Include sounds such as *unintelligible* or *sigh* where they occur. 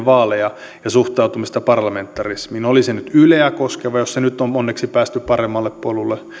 *unintelligible* vaaleja ja suhtautumista parlamentarismiin oli se nyt yleä koskeva jossa nyt on onneksi päästy paremmalle polulle